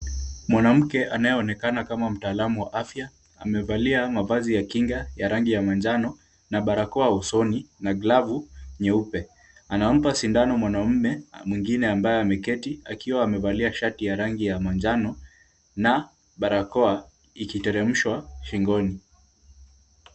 Mwanamke anayeonekana kama mtaalamu wa afya amevalia mavazi ya kinga ya rangi ya manjano na barakoa usoni na glavu nyeupe. Anampa sindano mwanamme mwingine ambaye ameketi akiwa amevalia shati ya rangi ya manjano na barakoa ikiteremshwa shingoni.